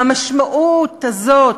והמשמעות הזאת,